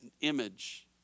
image